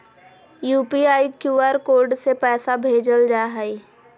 UPI, QR code से पैसा भेजल जा हइ